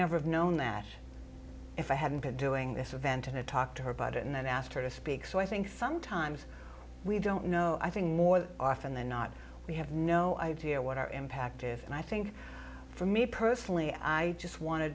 never have known that if i hadn't been doing this event and i talked to her about it and asked her to speak so i think sometimes we don't know i think more often than not we have no idea what our impact if and i think for me personally i just want